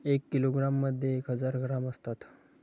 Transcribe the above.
एक किलोग्रॅममध्ये एक हजार ग्रॅम असतात